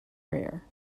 rare